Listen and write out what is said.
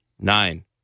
Nine